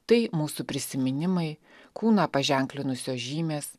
tai mūsų prisiminimai kūną paženklinusios žymės